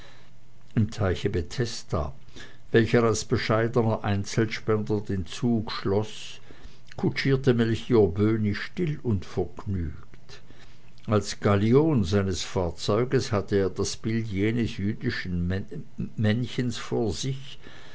im teiche bethesda welcher als bescheidener einspänner den zug schloß kutschierte melchior böhni still und vergnügt als gallion seines fahrzeugs hatte er das bild jenes jüdischen männchens vor sich